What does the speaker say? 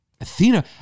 Athena